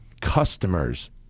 customers